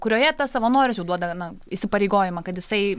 kurioje tas savanoris jau duoda na įsipareigojimą kad jisai